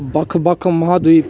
बक्ख बक्ख महाद्वीप